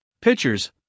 pitchers